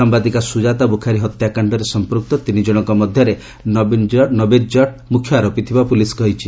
ସାମ୍ଭାଦିକା ସ୍ୱଜାତା ବୃଖାରୀ ହତ୍ୟାକାଶ୍ଡରେ ସମ୍ପୁକ୍ତ ତିନିକଣଙ୍କ ମଧ୍ୟରେ ନବୀଦ୍ ଜଟ୍ ମୁଖ୍ୟ ଆରୋଷୀ ଥିବା ପୁଲିସ କହିଛି